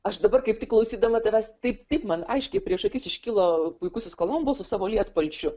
aš dabar kaip tik klausydama tavęs taip taip man aiškiai prieš akis iškilo puikusis kolumbo su savo lietpalčiu